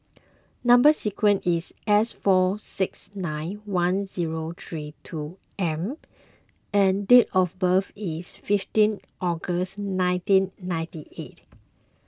Number Sequence is S four six nine one zero three two M and date of birth is fifteen August nineteen ninety eight